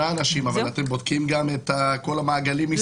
אבל אתם בודקים גם את כל המעגלים מסביב, לא?